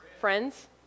Friends